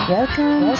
Welcome